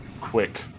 quick